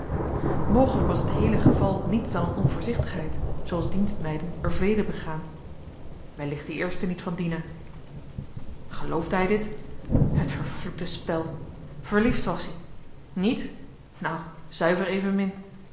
mogelijk was het heele geval niets dan een onvoor zichtigheid zooals dienstmeiden er vele begaan wellicht de eerste niet van dina geloofde hij dit t vervloekte spel verliefd was ie niet nou zuiver evenmin